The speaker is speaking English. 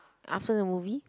after the movie